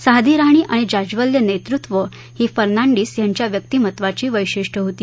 साधी राहणी आणि जाज्ज्वल्य नेतृत्व ही फर्नांडीस यांच्या व्यक्तिमत्वाची वैशिष्ट्यं होती